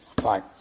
Fine